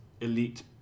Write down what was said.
elite